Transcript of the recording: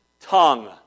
tongue